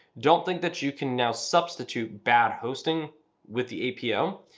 don't think that you can now substitute bad hosting with the apo.